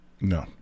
No